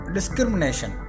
Discrimination